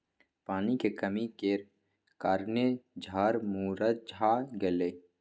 पानी के कमी केर कारणेँ झाड़ मुरझा गेलै